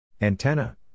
Antenna